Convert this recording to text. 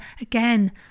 again